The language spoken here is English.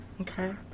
okay